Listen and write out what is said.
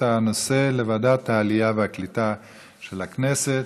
הנושא לוועדת העלייה והקליטה של הכנסת.